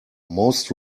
most